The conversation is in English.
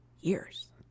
years